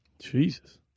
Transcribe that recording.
Jesus